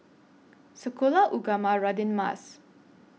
Sekolah Ugama Radin Mas